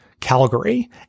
calgary